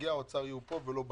ושנציגי האוצר יהיו פה ולא בזום.